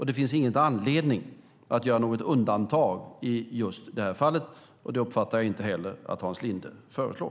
Det finns ingen anledning att göra något undantag i just det här fallet, och det uppfattar jag inte heller att Hans Linde föreslår.